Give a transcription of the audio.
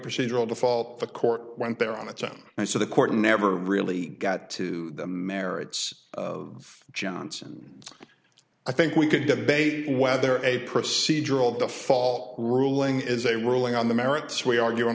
procedural default the court went there on its own and so the court never really got to the merits of johnson i think we can debate whether a procedural the fault ruling is a ruling on the merits we argue